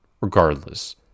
regardless